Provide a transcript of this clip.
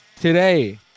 Today